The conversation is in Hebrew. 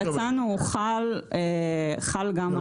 שהצענו הוא חל גם על הריבית.